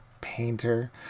painter